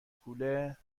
کوله